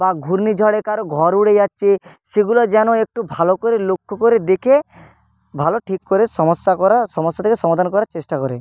বা ঘূর্ণিঝড়ে কারও ঘর উড়ে যাচ্ছে সেগুলো যেন একটু ভালো করে লক্ষ্য করে দেখে ভালো ঠিক করে সমস্যা করা সমস্যাটাকে সমাধান করার চেষ্টা করে